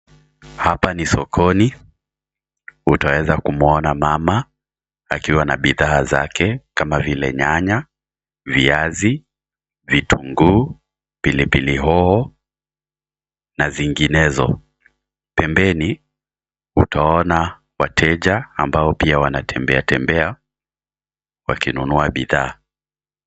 Hapa ni sokoni. Utaweza kumuona mama akiwa na bidhaa zake kama vile nyanya, viazi, vitunguu, pilipili hoho, na zinginezo. Pembeni utawaona wateja ambao pia wanatembeatembea wakinunua bidhaa.